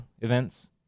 events